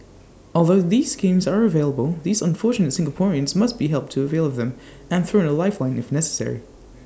although this schemes are available these unfortunate Singaporeans must be helped to avail of them and thrown A life phone if necessary